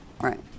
Right